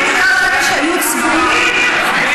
טיפולי שיניים, 80 מיליון שקל שהיו צבועים?